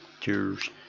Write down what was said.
Cheers